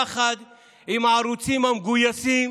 יחד עם הערוצים המגויסים,